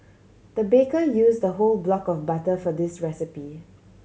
the baker use the whole block of butter for this recipe